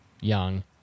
young